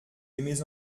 aimez